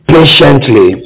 patiently